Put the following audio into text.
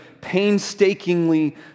painstakingly